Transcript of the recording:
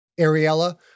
Ariella